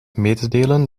mededelen